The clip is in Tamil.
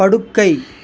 படுக்கை